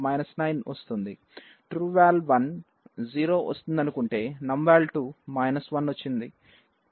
trueVal1 0 వస్తుందనుకుంటే numVal2 1 వచ్చింది